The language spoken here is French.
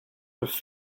peuvent